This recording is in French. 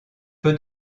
peu